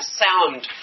sound